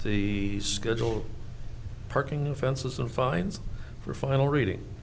the schedule parking offenses and fines for final reading